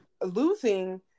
losing